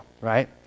right